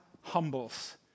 humbles